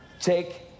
Take